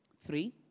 three